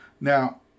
Now